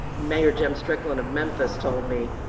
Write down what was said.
mayor jim strickland of memphis told me,